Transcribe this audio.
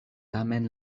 tamen